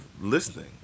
listening